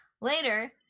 later